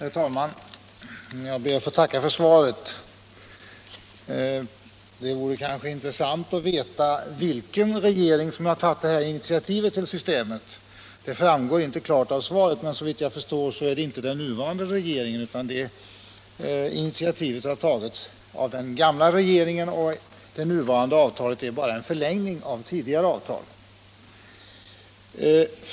Herr talman! Jag ber att få tacka för svaret. Det vore intressant att få veta vilken regering som har tagit initiativet till systemet — det framgår inte klart av svaret. Såvitt jag förstår är det inte den nuvarande regeringen utan den gamla regeringen, och det nuvarande avtalet är bara en förlängning av tidigare avtal.